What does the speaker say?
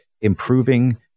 improving